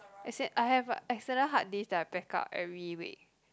as in I have a external hard disk that I back up every week